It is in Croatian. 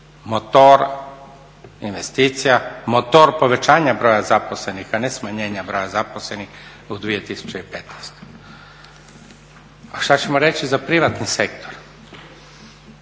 motor investicija, motor povećanja broja zaposlenih, a ne smanjenja broja zaposlenih u 2015. A šta ćemo reći za privatni sektor?